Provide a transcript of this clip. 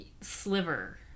sliver